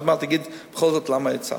עוד מעט אגיד בכל זאת למה הצעתי.